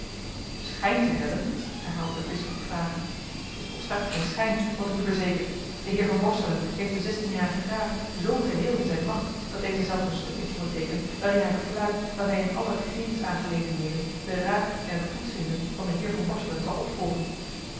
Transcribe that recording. schijnt te hebben herhaalde de bisschop vragend t is volstrekt geen schijn wat ik u verzeker de heer van borselen heeft den zestienjarigen graaf zoo geheel in zijne macht dat deze zelfs een stuk heeft onderteekend waarin hij verklaart dat hij in alle regeeringsaangelegenheden den raad en het goedvinden van den heer van borselen zal opvolgen